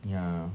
ya